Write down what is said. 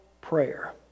prayer